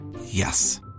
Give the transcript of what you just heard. Yes